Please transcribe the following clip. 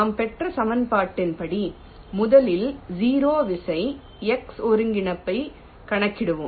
நாம் பெற்ற சமன்பாட்டின் படி முதலில் 0 விசை x ஒருங்கிணைப்பைக் கணக்கிடுவோம்